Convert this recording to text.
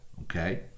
okay